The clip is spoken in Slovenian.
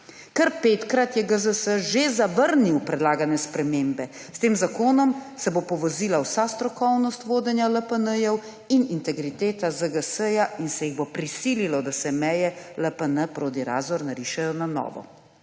Kar 5-krat je GZS že zavrnil predlagane spremembe. S tem zakonom se bo povozila vsa strokovnost vodenja LPN in integriteta ZGS in se jih bo prisililo, da se meje LPN Prodi-Razor narišejo na novo.